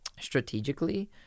strategically